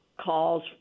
calls